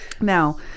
Now